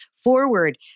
forward